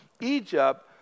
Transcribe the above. Egypt